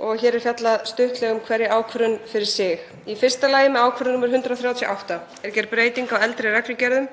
Hér verður fjallað stuttlega um hverja ákvörðun fyrir sig. Í fyrsta lagi er með ákvörðun nr. 138 gerð breyting á eldri reglugerðum